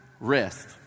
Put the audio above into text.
Rest